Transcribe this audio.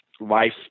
life